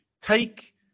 take